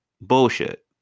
bullshit